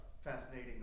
fascinating